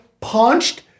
punched